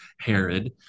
Herod